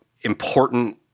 important